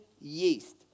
yeast